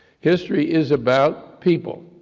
history is about people.